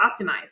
optimize